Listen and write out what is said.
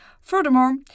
Furthermore